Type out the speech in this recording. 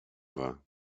war